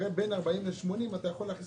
הרי בין 40 80 קילומטר אתה יכול להכניס